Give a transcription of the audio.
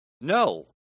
No